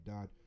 Dad